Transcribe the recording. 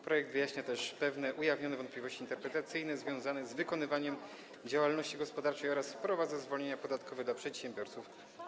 Projekt wyjaśnia też pewne ujawnione wątpliwości interpretacyjne związane z wykonywaniem działalności gospodarczej oraz wprowadza zwolnienia podatkowe dla przedsiębiorców.